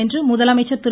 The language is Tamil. என்று முதலமைச்சர் திரு